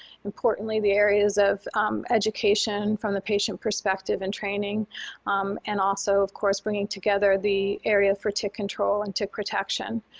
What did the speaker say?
importantly the areas of education from the patient perspective and training and also, of course, bringing together the area for tick control and tick protection.